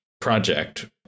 project